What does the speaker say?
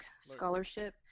scholarship